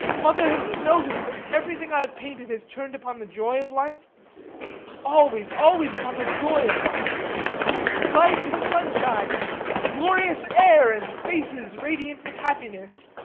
mother, have you noticed that everything i have painted has turned upon the joy of life always, always upon the joy of life light and sunshine and glorious air and faces radiant with happiness.